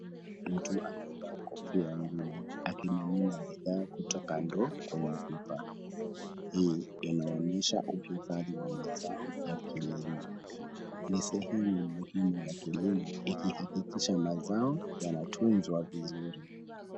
Mtu anayevaa kofia ngumu akimimina bidhaa kutoka ndoo kwenye pipa. Hii inaonyesha uhifadhi wa mazao ya kilimo. Ni sehemu muhimu ya kilimo ikihakikisha mazao yanatunzwa vizuri.